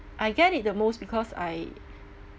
I get it the most because I